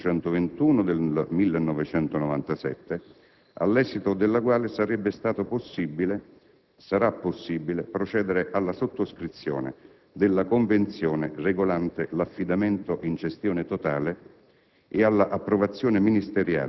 *ex* regolamento n. 521 del 1997, all'esito della quale sarà possibile procedere alla sottoscrizione della convenzione regolante l'affidamento in gestione totale